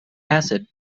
acid